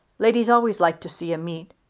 ladies always like to see a meet,